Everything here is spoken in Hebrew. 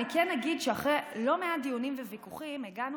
אני כן אגיד שאחרי לא מעט דיונים וויכוחים הגענו